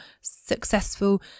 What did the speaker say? successful